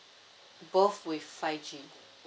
both with five G